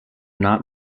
not